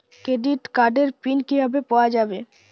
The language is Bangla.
ক্রেডিট কার্ডের পিন কিভাবে পাওয়া যাবে?